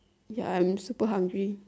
ya I'm super hungry